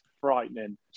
frightening